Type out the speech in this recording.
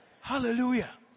Hallelujah